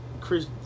Chris